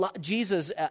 Jesus